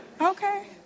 Okay